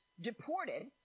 deported